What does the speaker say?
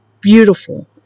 Beautiful